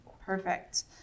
Perfect